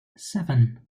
seven